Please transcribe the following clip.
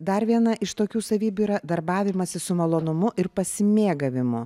dar viena iš tokių savybių yra darbavimasis su malonumu ir pasimėgavimu